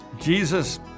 Jesus